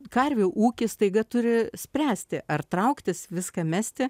karvių ūkį staiga turi spręsti ar trauktis viską mesti